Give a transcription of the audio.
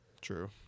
True